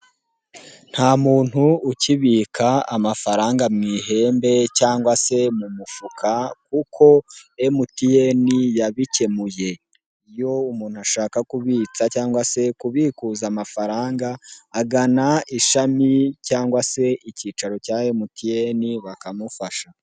Nta muntu ukibika amafaranga mu ihembe cyangwa se mu mufuka kuko MTN yabikemuye, iyo umuntu ashaka kubitsa cyangwa se kubikuza amafaranga agana ishami cyangwa se icyicaro cya MTN bakamufasha.